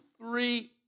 three